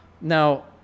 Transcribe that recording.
Now